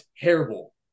terrible